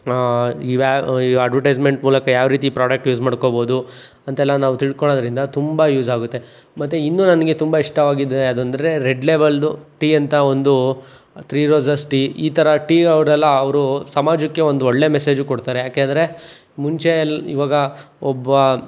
ಈ ಈ ಅಡ್ವಟೈಸ್ಮೆಂಟ್ ಮೂಲಕ ಯಾವ ರೀತಿ ಪ್ರೊಡಕ್ಟ್ಸ್ ಯೂಸ್ ಮಾಡ್ಕೊಬೋದು ಅಂತೆಲ್ಲ ನಾವು ತಿಳ್ಕೊಳ್ಳೋದ್ರಿಂದ ತುಂಬ ಯೂಸ್ ಆಗುತ್ತೆ ಮತ್ತು ಇನ್ನು ನನಗೆ ತುಂಬ ಇಷ್ಟವಾಗಿದ್ದು ಯಾವುದು ಅಂದರೆ ರೆಡ್ ಲೇಬಲ್ದು ಟೀ ಅಂತ ಒಂದು ತ್ರೀ ರೋಸಸ್ ಟೀ ಈ ಥರ ಟೀ ಅವ್ರೆಲ್ಲ ಅವರು ಸಮಾಜಕ್ಕೆ ಒಂದೊಳ್ಳೆಯ ಮೆಸೇಜು ಕೊಡ್ತಾರೆ ಯಾಕೆಂದರೆ ಮುಂಚೆ ಎಲ್ಲ ಇವಾಗ ಒಬ್ಬ